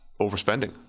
overspending